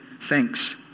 thanks